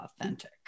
authentic